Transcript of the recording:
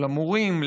של המורים,